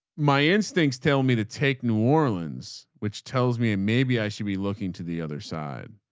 my instincts tell me to take new orleans, which tells me, maybe i should be looking to the other side.